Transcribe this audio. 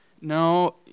no